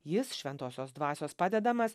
jis šventosios dvasios padedamas